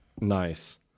Nice